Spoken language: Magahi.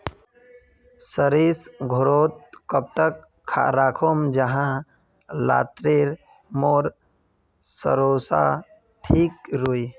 सरिस घोरोत कब तक राखुम जाहा लात्तिर मोर सरोसा ठिक रुई?